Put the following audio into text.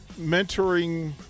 mentoring